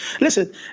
Listen